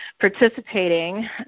participating